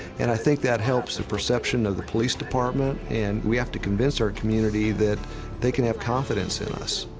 and i think that helps perception of the police department, and we have to convince our community that they can have confidence in us.